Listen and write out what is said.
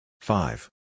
Five